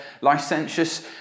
licentious